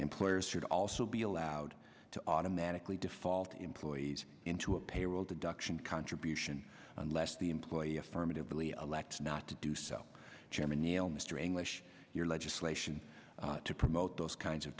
employers should also be allowed to automatically default employees into a payroll deduction contribution unless the employee affirmatively elects not to do so chairman neil mr english your legislation to promote those kinds of